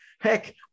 Heck